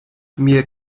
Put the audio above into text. mir